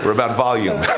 about volume!